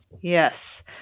Yes